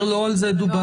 לא על זה דובר,